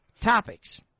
topics